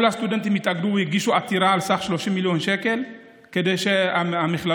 כל הסטודנטים התאגדו והגישו עתירה על סך 30 מיליון שקל כדי שהמכללות